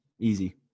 easy